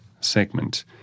segment